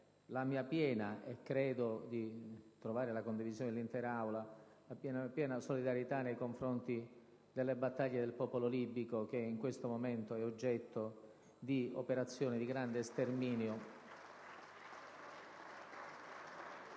solidarietà - e credo di trovare la condivisione dell'intera Aula - nei confronti della battaglia del popolo libico, che in questo momento è oggetto di un'operazione di grande sterminio.